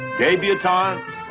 Debutantes